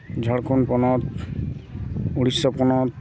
ᱡᱷᱟᱲᱠᱷᱚᱱᱰ ᱯᱚᱱᱚᱛ ᱚᱲᱤᱥᱥᱟ ᱯᱚᱱᱚᱛ